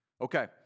Okay